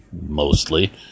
mostly